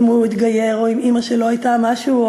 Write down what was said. אם הוא התגייר או אם אימא שלו הייתה משהו.